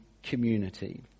community